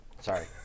Sorry